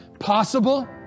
Possible